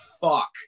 fuck